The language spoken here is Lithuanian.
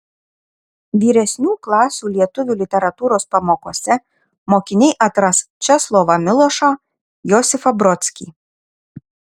vyresnių klasių lietuvių literatūros pamokose mokiniai atras česlovą milošą josifą brodskį